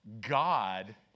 God